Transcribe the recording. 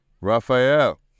Raphael